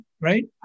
right